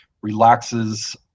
relaxes